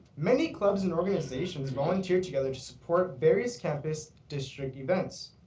many clubs and organizations volunteer together to support various campus district events.